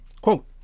quote